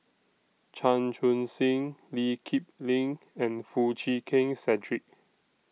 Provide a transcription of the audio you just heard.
Chan Chun Sing Lee Kip Lin and Foo Chee Keng Cedric